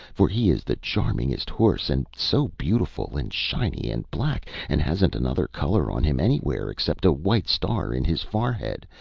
for he is the charmingest horse, and so beautiful and shiny and black, and hasn't another color on him anywhere, except a white star in his forehead,